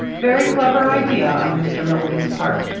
very clever idea on mr. milligan's part.